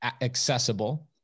accessible